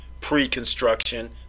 pre-construction